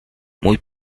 mój